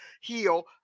heal